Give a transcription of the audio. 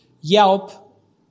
Yelp